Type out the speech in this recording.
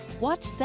Watch